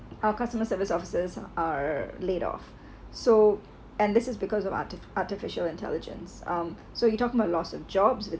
our customer service officers are laid off so and this is because of arti~ artificial intelligence um so you talking about loss of jobs